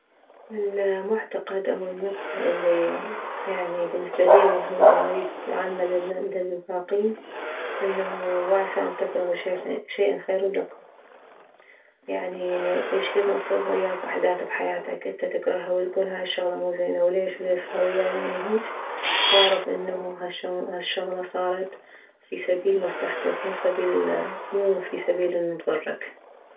المعتقد او المبدأ الي يعني بالنسبة الي مهم واريد اعلمه للباقين انه وعسى ان تكرهوا شيئا شيئا خيرا لكم يعني شكد ما تصير وياك احداث بحياتك انت تكرهها وتكول هاي الشغلة مو زينة وليش ليش صار ويايه اني هيج فأعرف انه هالشغلة هالشغلة صارت في سبيل مصلحتك مو سبيل مو في سبيل انه تضرك